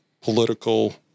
political